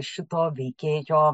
šito veikėjo